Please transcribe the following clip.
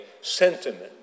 sentiment